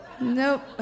nope